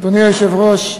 אדוני היושב-ראש,